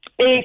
eight